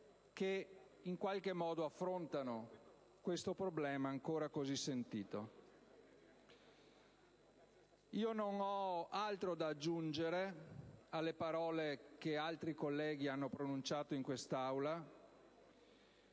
Vaccari, che affrontano tale problema, ancora così sentito. Non ho altro da aggiungere alle parole che altri colleghi hanno pronunciato in quest'Aula,